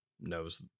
knows